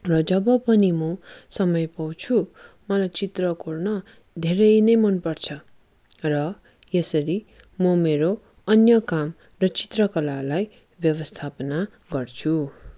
र जब पनि म समय पाउँछु मलाई चित्र कोर्न धेरै नै मन पर्छ र यसरी म मेरो अन्य काम र चित्र कलालाई व्यवस्थापन गर्छु